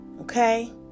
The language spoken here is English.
Okay